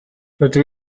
rydw